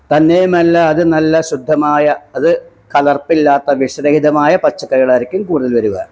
തന്നെയുമല്ല അത് നല്ല ശുദ്ധമായ അത് കലര്പ്പില്ലാത്ത വിഷരഹിതമായ പച്ചക്കറികൾ ആയിരിക്കും കൂടുതൽ വരിക